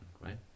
right